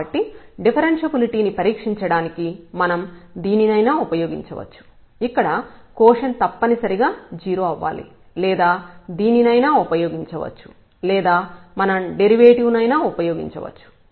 కాబట్టి డిఫరెన్షబులిటీ ని పరీక్షించడానికి మనం దీనినైనా ఉపయోగించవచ్చు ఇక్కడ కోషెంట్ తప్పనిసరిగా 0 అవ్వాలి లేదా దీనినైనా ఉపయోగించవచ్చు లేదా మనం డెరివేటివ్ నైనా ఉపయోగించవచ్చు